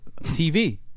TV